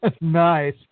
Nice